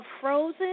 Frozen